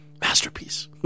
masterpiece